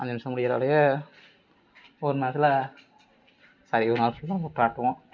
அஞ்சு நிமிஷத்தில் முடிகிற வேலைய ஒரு மணி நேரத்தில் சாரி ஒரு நாள் ஃபுல்லாக ஆட்டுவோம்